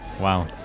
Wow